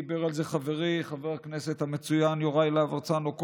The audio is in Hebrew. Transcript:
דיבר על זה קודם חברי חבר הכנסת המצוין יוראי להב הרצנו,